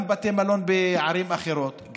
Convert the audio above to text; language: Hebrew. גם בתי מלון בערים אחרות,